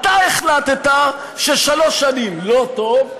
אתה החלטת ששלוש שנים לא טוב,